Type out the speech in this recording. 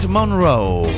Monroe